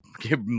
give